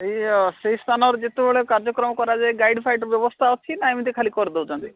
ଏଇ ସେଇ ସ୍ଥାନରେ ଯେତେବେଳେ କାର୍ଯ୍ୟକ୍ରମ କରାଯାଏ ଗାଇଡ଼ଫାଇଡ଼ ବ୍ୟବସ୍ଥା ଅଛି ନା ଏମିତି ଖାଲି କରିଦେଉଛନ୍ତି